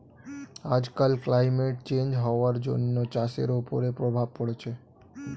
আজকাল climate change হওয়ার জন্য চাষের ওপরে প্রভাব পড়ছে